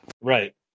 Right